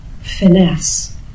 finesse